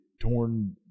torn